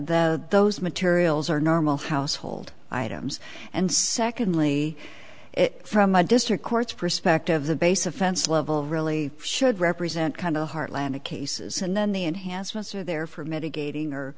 the those materials are normal household items and secondly it from a district court's perspective the base offense level really should represent kind of the heartland of cases and then the enhancements are there for mitigating or